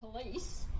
Police